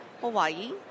Hawaii